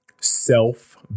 self